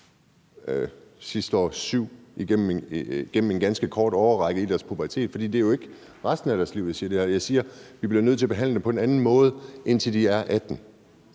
en behandling over en ganske kort årrække i deres pubertet. For det er jo ikke i forhold til resten af deres liv, at jeg siger det her. Jeg siger, at vi bliver nødt til at behandle dem på en anden måde, indtil de er 18